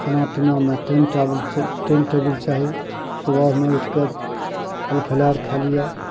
खाना पीनामे time table time table चाही सुबहमे उठिके फल फलाहार खा लिअ